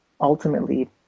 ultimately